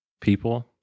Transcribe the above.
people